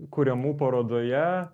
kuriamų parodoje